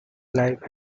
life